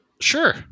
sure